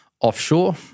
offshore